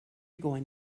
going